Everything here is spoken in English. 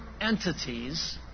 entities